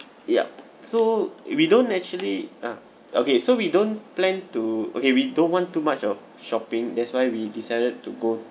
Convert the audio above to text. yup so we don't actually ah okay so we don't plan to okay we don't want too much of shopping that's why we decided to go